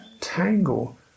tangle